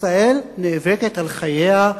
ישראל נאבקת על חייה,